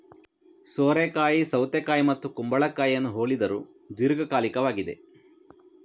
ಸೋರೆಕಾಯಿ ಸೌತೆಕಾಯಿ ಮತ್ತು ಕುಂಬಳಕಾಯಿಯನ್ನು ಹೋಲಿದರೂ ದೀರ್ಘಕಾಲಿಕವಾಗಿದೆ